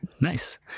nice